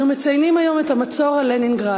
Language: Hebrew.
אנו מציינים היום את המצור על לנינגרד,